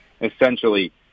essentially